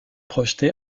projeté